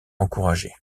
encouragé